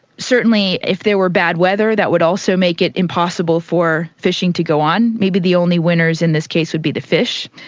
certainly if there were bad weather that would also make it impossible for fishing to go on maybe the only winners in this case would be the fish.